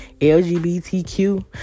LGBTQ